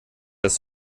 das